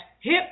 hip